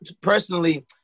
personally